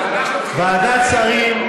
ועדת שרים.